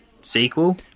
sequel –